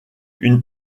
une